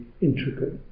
intricate